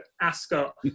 Ascot